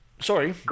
Sorry